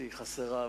חסרה,